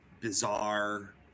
bizarre